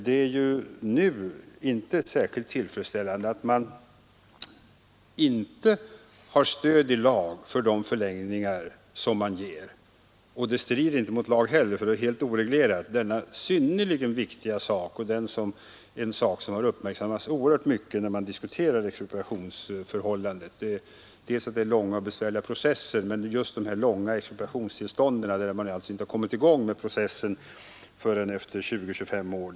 Det är ju inte särskilt tillfredsställande att man nu inte har stöd i lag för de förlängningar som man begär. Visserligen strider de inte heller mot lag, eftersom området är helt oreglerat, trots att det är synnerligen viktigt och har uppmärksammats mycket när man diskuterat expropriationsförhållanden. Man har fäst sig vid den långa och besvärliga processen, men också vid de långa expropriationstillstånden, där man inte kommit i gång med det hela förrän efter 20—25 år.